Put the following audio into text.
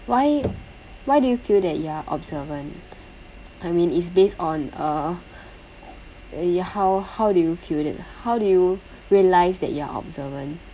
why why do you feel that you're observant I mean it's based on uh y~ how how do you feel it how did you realise that you're observant